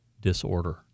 disorder